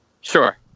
Sure